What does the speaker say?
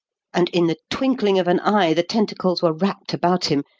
and in the twinkling of an eye the tentacles were wrapped about him,